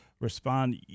Respond